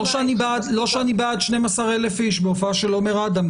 לא שאני בעד 12,000 איש בהופעה של עומר אדם,